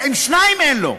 עם שניים אין לו.